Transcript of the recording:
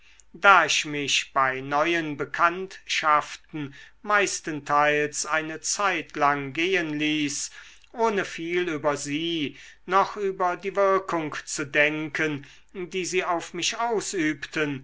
da ich mich bei neuen bekanntschaften meistenteils eine zeitlang gehen ließ ohne viel über sie noch über die wirkung zu denken die sie auf mich ausübten